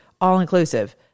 all-inclusive